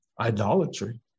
idolatry